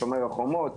"שומר חומות",